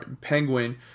Penguin